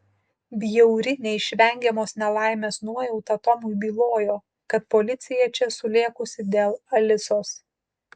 bjauri neišvengiamos nelaimės nuojauta tomui bylojo kad policija čia sulėkusi dėl alisos